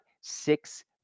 six